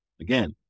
Again